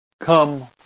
come